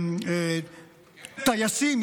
טייסים,